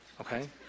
okay